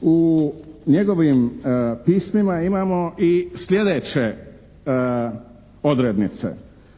u njegovim pismima imamo i slijedeće odrednice.